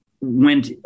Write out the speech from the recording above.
went